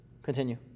Continue